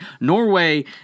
Norway